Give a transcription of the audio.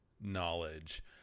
knowledge